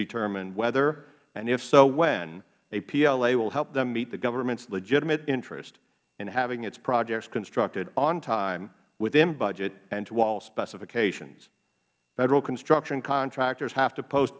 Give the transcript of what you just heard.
determine whether and if so when a pla will help them meet the government's legitimate interest in having its projects constructed on time within budget and to all specifications federal construction contractors have to post